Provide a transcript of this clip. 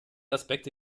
aspekte